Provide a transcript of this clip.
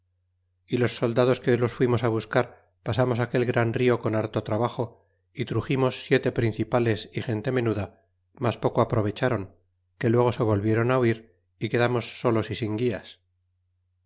y los soldados que los fuimos buscar pasamos aquel gran rio con harto trabajo y truximos siete principales gente menuda mas poco aprovechron que luego se volviéron huir y quedamos solos y sin guias